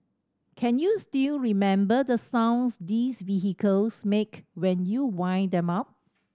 can you still remember the sounds these vehicles make when you wind them up